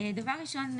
דבר ראשון,